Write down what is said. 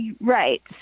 Right